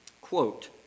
Quote